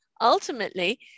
ultimately